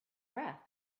breath